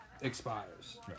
Expires